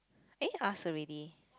eh ask already